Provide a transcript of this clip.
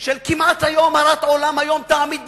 של כמעט "היום הרת עולם, היום תעמיד במשפט".